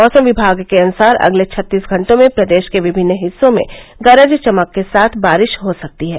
मौसम विभाग के अनुसार अगले छत्तीस घंटों में प्रदेश के विभिन्न हिस्सों में गरज चमक के साथ बारिश हो सकती है